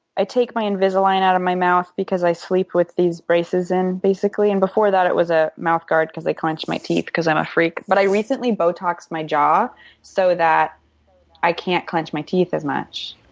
i take my invisalign out of my mouth, because i sleep with these braces in, basically. and before that it was a mouth guard because i clench my teeth because i'm a freak. but i recently botoxed my jaw so that i can't clench my teeth as much.